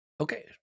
okay